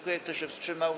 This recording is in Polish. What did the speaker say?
Kto się wstrzymał?